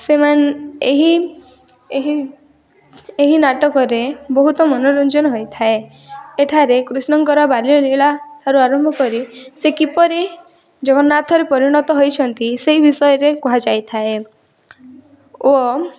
ସେମାନେ ଏହି ଏହି ଏହି ନାଟକରେ ବହୁତ ମନୋରଞ୍ଜନ ହୋଇଥାଏ ଏଠାରେ କୃଷ୍ଣଙ୍କର ବାଲ୍ୟଲୀଳା ଠାରୁ ଆରମ୍ଭ କରି ସେ କିପରି ଜଗନ୍ନାଥରେ ପରିଣତ ହୋଇଛନ୍ତି ସେଇ ବିଷୟରେ କୁହାଯାଇଥାଏ ଓ